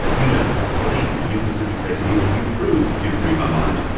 you don't have to believe me, you can simply say to me, well, you prove you can read my mind.